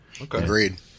Agreed